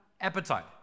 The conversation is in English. appetite